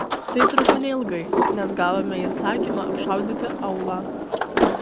tai truko neilgai nes gavome įsakymą apšaudyti aūlą